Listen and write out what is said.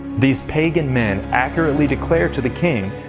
these pagan men accurately declared to the king.